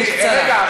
רגע,